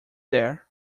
there